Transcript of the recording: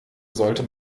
sollte